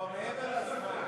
הוא כבר מעבר לזמן.